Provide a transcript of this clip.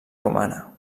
romana